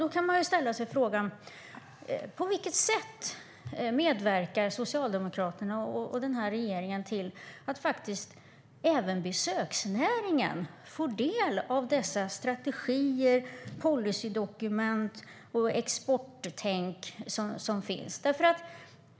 Då kan man ställa sig frågan: På vilket sätt medverkar Socialdemokraterna och den här regeringen till att även besöksnäringen får del av dessa strategier och policydokument samt det exporttänk som finns?